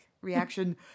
reaction